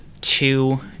two